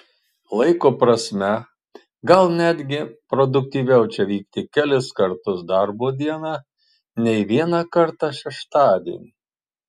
laiko prasme gal netgi produktyviau čia vykti kelis kartus darbo dieną nei vieną kartą šeštadienį